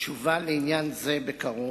המתדיינים תשובה בעניין זה בקרוב,